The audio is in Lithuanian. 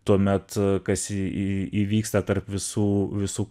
tuomet kas į į įvyksta tarp visų visų